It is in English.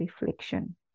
reflection